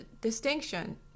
distinction